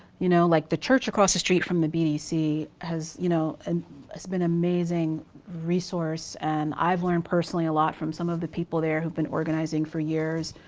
you know, like the church across the street from the bdc has you know and has been a amazing resource and i've learned personally a lot from some of the people there who've been organizing for years.